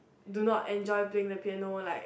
do not enjoy playing the piano like